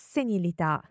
Senilità